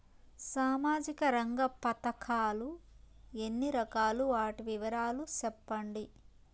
సామాజిక రంగ పథకాలు ఎన్ని రకాలు? వాటి వివరాలు సెప్పండి